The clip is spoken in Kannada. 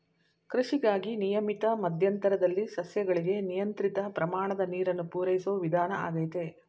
ಕೃಷಿಗಾಗಿ ನಿಯಮಿತ ಮಧ್ಯಂತರದಲ್ಲಿ ಸಸ್ಯಗಳಿಗೆ ನಿಯಂತ್ರಿತ ಪ್ರಮಾಣದ ನೀರನ್ನು ಪೂರೈಸೋ ವಿಧಾನ ಆಗೈತೆ